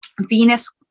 Venus